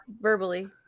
verbally